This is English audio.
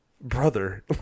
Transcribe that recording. brother